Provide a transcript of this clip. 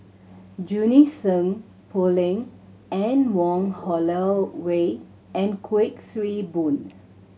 Junie Sng Poh Leng Anne Wong Holloway and Kuik Swee Boon